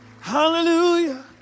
Hallelujah